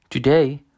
Today